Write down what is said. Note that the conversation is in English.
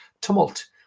tumult